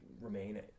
remain